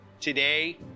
Today